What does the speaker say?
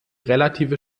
relative